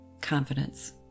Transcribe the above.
confidence